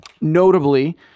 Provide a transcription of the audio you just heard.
Notably